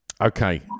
okay